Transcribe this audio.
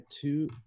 two